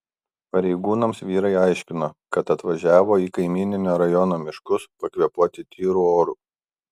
pareigūnams vyrai aiškino kad atvažiavo į kaimyninio rajono miškus pakvėpuoti tyru oru